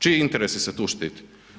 Čiji interes se tu štiti?